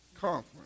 conference